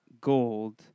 gold